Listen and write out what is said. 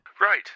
Right